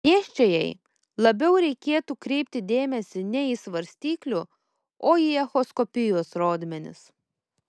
nėščiajai labiau reikėtų kreipti dėmesį ne į svarstyklių o į echoskopijos rodmenis